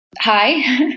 Hi